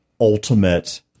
ultimate